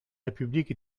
république